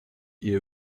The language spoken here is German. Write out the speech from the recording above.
ihr